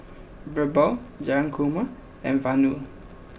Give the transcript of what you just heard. Birbal Jayakumar and Vanu